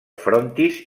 frontis